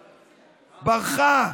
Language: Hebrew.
ברחה.